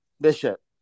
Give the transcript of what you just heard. Bishop